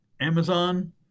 Amazon